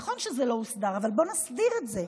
נכון שזה לא הוסדר, אבל בואו נסדיר את זה,